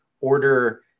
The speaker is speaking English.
order